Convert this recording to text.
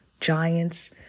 Giants